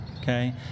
okay